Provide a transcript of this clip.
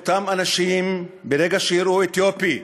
אותם אנשים, ברגע שיראו אתיופי,